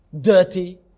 dirty